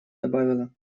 добавила